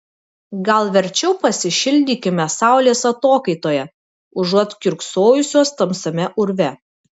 gal verčiau pasišildykime saulės atokaitoje užuot kiurksojusios tamsiame urve